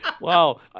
Wow